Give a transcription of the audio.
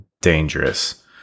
dangerous